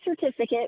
certificate